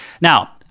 Now